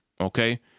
okay